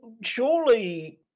surely